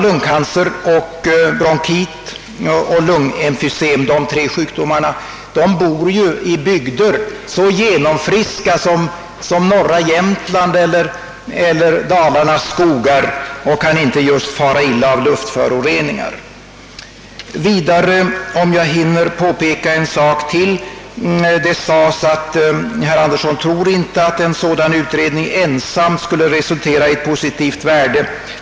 Många av dem som dog i dessa sjukdomar bodde i bygder så genomfriska som norra Jämtland eller Dalarnas skogsområden och det är uppenbart att de just inte kunnat fara illa av luftföroreningar! Jag skall försöka hinna påpeka en sak till. Herr Anderson sade att han inte trodde att en sådan utredning ensam skulle ge positivt resultat.